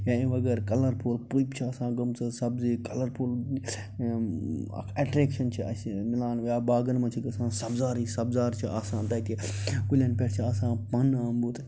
یا اَمہِ وغٲر کَلَرفُل پٔپۍ چھِ آسان گٔمژٕ سبزی کَلَرفُل اَکھ اٮ۪ٹرٛیکشَن چھِ اَسہِ میلان یا باغن منٛز چھِ گژھان سبزارٕے سبزار چھِ آسان تَتہِ کُلٮ۪ن پٮ۪ٹھ چھِ آسان پَن آمُت